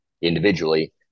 individually